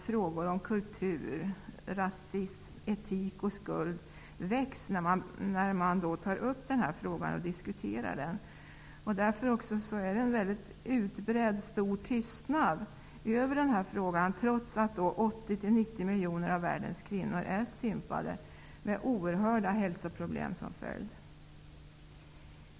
Frågor om kultur, rasism, etik och skuld väcks när denna fråga tas upp till diskussion. Tystnaden är därför utbredd, trots att 80--90 miljoner av världens kvinnor är stympade med oerhörda hälsoproblem som följd.